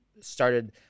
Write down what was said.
started